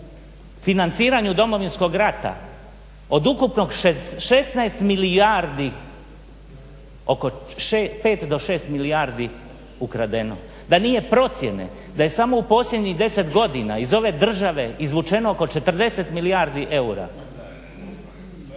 financiranju Domovinskog rata od ukupnog 16 milijardi, oko 5 do 6 milijardi ukradeno, da nije procjene, da je samo u posljednjih 10 godina iz ove države izvučeno oko 40 milijardi eura.